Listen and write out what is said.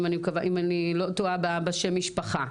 אם אני לא טועה בשם המשפחה